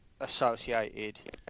associated